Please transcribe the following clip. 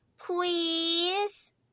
Please